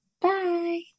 Bye